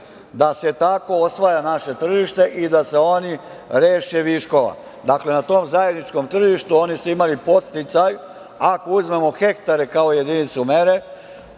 da se tako osvaja naše tržište i da se oni reše viškova. Dakle, na tom zajedničkom tržištu oni su imali podsticaj. Ako uzmemo hektare kao jedinicu mere,